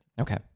Okay